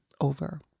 over